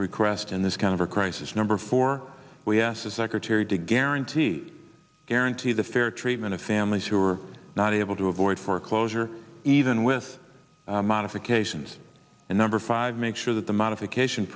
request in this kind of a crisis number four we asked the secretary to guarantee guarantee the fair treatment of families who were not able to avoid foreclosure even with modifications and number five make sure that the modification